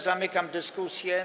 Zamykam dyskusję.